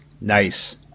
nice